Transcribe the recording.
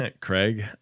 Craig